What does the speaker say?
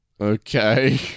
Okay